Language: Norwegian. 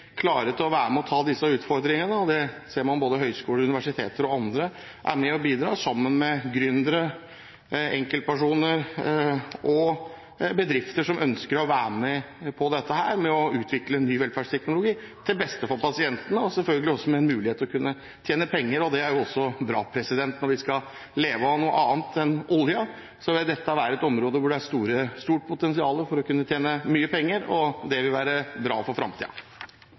til å være med og ta disse utfordringene. Man ser at både høyskoler, universiteter og andre er med og bidrar – sammen med gründere, enkeltpersoner og bedrifter som ønsker å være med på å utvikle en ny velferdsteknologi, til beste for pasientene, og selvfølgelig også med en mulighet til å kunne tjene penger. Det er også bra. Når vi skal leve av noe annet enn oljen, vil dette være et område hvor det er et stort potensial for å kunne tjene mye penger. Det vil være bra for